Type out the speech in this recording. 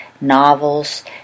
novels